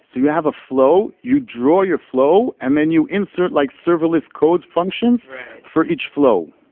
so you have a flow. you draw your flow and then you insert like serverless codes functions for each flow,